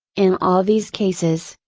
in all these cases,